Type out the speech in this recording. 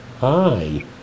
Hi